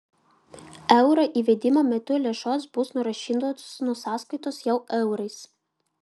euro įvedimo metu lėšos bus nurašytos nuo sąskaitos jau eurais